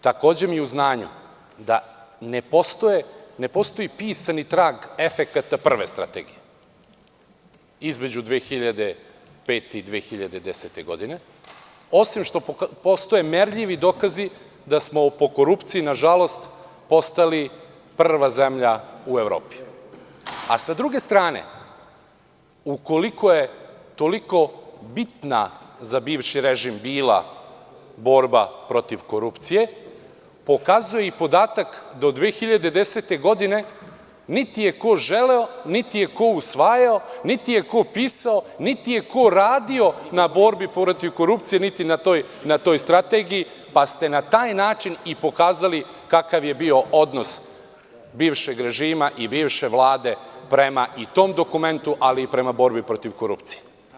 Takođe mi je u znanju da ne postoji pisani trag efekata prve strategije između 2005. i 2010 godine, osim što postoje merljivi dokazi da smo po korupciji nažalost postali prva zemlja u Evropi, a sa druge strane, ukoliko je toliko bitna za bivši režim bila borba protiv korupcije, pokazuje i podatak do 2010. godine, niti ko želeo, niti je ko usvajao, niti je ko pisao, niti je ko radio na borbi protiv korupcije, niti na toj strategiji, pa ste na taj način i pokazali kakav je bio odnos bivšeg režima i bivše Vlade prema i tom dokumentu, ali i prema borbi protiv korupcije.